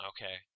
Okay